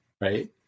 Right